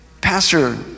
Pastor